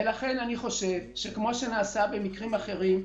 ולכן אני חושב שכמו שנעשה במקרים אחרים,